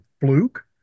fluke